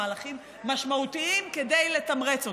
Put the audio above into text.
מהלכים משמעותיים כדי לתמרץ אותם.